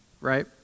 right